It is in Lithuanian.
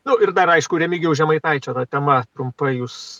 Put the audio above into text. nu ir dar aišku remigijaus žemaitaičio ta tema trumpai jūs